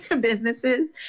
businesses